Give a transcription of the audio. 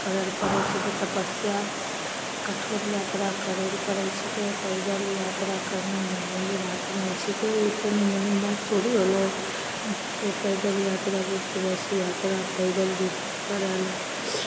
करय लए पड़य छै तपस्या कठोर यात्रा करय लए पड़य छीकै पैदल यात्रा करनाइ मामूली बात नहि छीकै ई तनी मनी बात थोड़े होलय जे कोइ पैदल यात्रा बहुदिवस यात्रा पैदल जेथिन करय लए